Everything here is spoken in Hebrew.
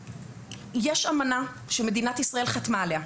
יש אמנה שמדינת ישראל חתמה עליה,